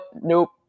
nope